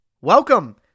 Welcome